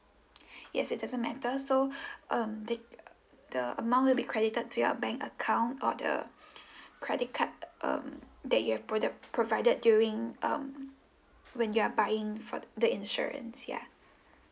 yes it doesn't matter so um the the amount to be credited to your bank account or the credit card um that you've product provided during um when you are buying for the the insurance yeah